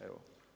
Evo.